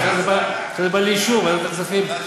עכשיו זה בא לאישור ועדת הכספים,